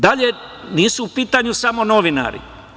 Dalje, nisu u pitanju samo novinari.